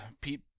Pete